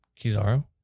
Kizaru